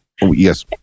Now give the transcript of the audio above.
yes